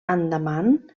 andaman